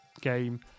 game